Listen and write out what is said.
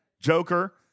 Joker